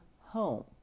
home